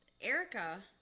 Erica